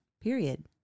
period